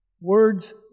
words